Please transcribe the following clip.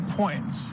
points